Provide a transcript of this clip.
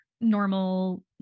normal